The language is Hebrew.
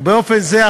ובאופן זה,